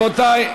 רבותי,